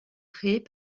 créées